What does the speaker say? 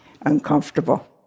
uncomfortable